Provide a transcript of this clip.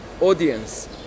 audience